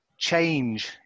change